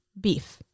beef